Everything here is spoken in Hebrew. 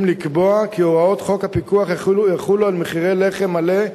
מבקשים לקבוע כי הוראות חוק הפיקוח יחולו על מחירי לחם מלא,